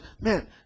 man